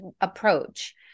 approach